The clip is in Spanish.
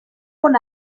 con